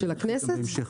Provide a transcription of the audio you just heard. של הכנסת?